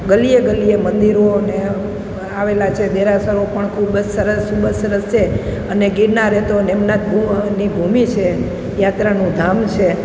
ગલીએ ગલીએ મંદિરોને આવેલા છે દેરાસરો પણ ખૂબ જ સરસ ખૂબ જ સરસ છે અને ગિરનાર એ તો નિમનાથ પ્રભુની ભૂમિ છે યાત્રાનું ધામ છે